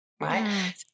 Right